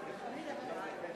חבר הכנסת מגלי והבה?